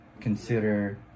consider